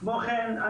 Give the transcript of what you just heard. כמו כן,